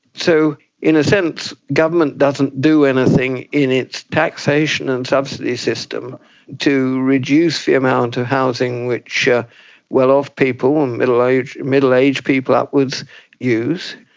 so in a sense government doesn't do anything in its taxation and subsidy system to reduce amount of housing which ah well-off people, middle-aged middle-aged people upwards use,